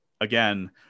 again